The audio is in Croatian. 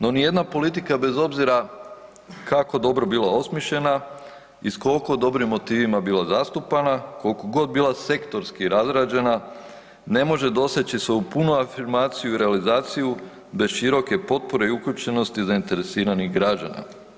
No nijedna politika bez obzira kako dobro bila osmišljena i s koliko dobrim motivima bila zastupana, kolikogod bila sektorski razrađena ne može doseći svoju punu afirmaciju i realizaciju bez široke potpore i uključenosti zainteresiranih građana.